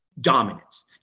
dominance